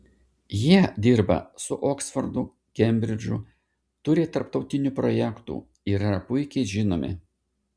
jie dirba su oksfordu kembridžu turi tarptautinių projektų ir yra puikiai žinomi